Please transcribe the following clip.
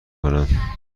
کنم